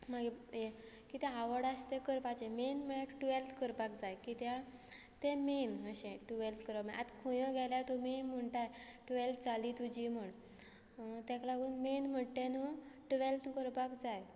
मागीर कितें आवड आसा तें करपाचें मेन म्हळ्यार टुवेल्थ करपाक जाय कित्याक तें मेन अशें टुवेल्थ करप आतां खंय गेल्यार तुमी म्हणटा टुवेल्थ जाली तुजी म्हण ताका लागून मेन म्हणटा न्हू टुवेल्थ करपाक जाय